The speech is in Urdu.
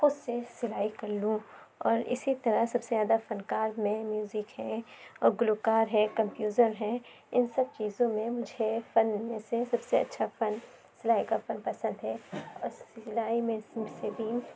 خود سے سلائی کر لوں اور اسی طرح سب سے زیادہ فنکار میں میوزک ہے اور گلوکار ہے کمپوزر ہیں ان سب چیزوں میں مجھے ایک فن میں سے سب سے اچھا فن سلائی کا فن پسند ہے اور سلائی میں سوٹ سیتی ہوں